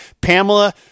Pamela